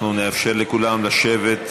אנחנו נאפשר לכולם לשבת.